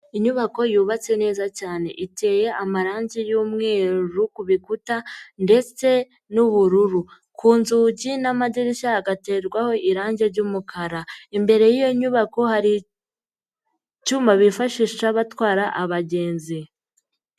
Inyubako yubatse neza cyane iteye amarangi y'umweru ku bikuta ndetse n'ubururu, ku nzugi n'amadirishya hagaterwaho irangi ry'umukara, imbere y'iyo nyubako hari icyuma bifashisha batwara abagenzi.